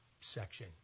section